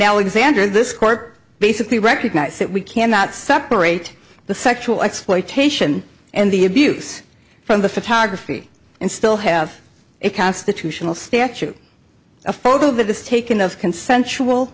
alexandria this court basically recognized that we cannot separate the sexual exploitation and the abuse from the photography and still have a constitutional statue a photo of this taken of consensual